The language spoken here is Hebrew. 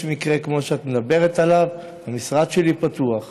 יש מקרה כמו שאת מדברת עליו, המשרד שלי פתוח.